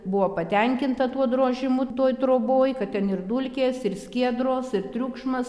buvo patenkinta tuo drožimu toj troboj kad ten ir dulkės ir skiedros ir triukšmas